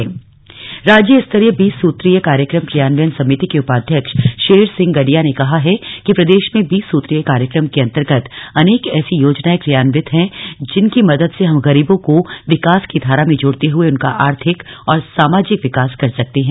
बीस सूत्रीय कार्यक्रम राज्य स्तरीय बीस सूत्रीय कार्यक्रम क्रियान्वयन समिति के उपाध्यक्ष शेर सिह गडिया ने कहा है कि प्रदेश में बीस सूत्रीय के अन्तर्गत अनेक ऐसी योजनायें किर्यान्वित है जिनकी मदद से हम गरीबों को विकास की धारा मे जोडते हुये उनका आर्थिक एवं सामाजिक विकास कर सकते है